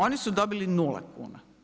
Oni su dobili 0 kuna.